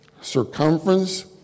circumference